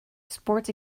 sports